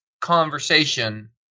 conversation